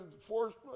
forced